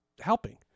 helping